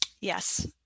Yes